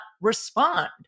respond